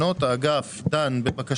האם אחד כזה נכנס להגנה ואם דבר כזה גם